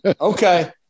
Okay